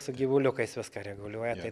su gyvuliukais viską reguliuoja tai